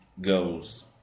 goes